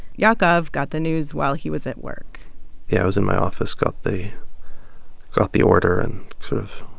yaakov got the news while he was at work yeah. i was in my office, got the got the order and sort of